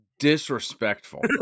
Disrespectful